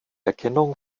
erkennung